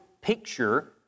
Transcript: picture